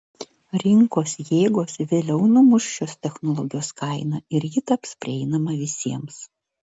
rinkos jėgos vėliau numuš šios technologijos kainą ir ji taps prieinama visiems